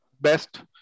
best